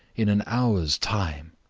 in an hour's time